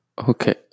okay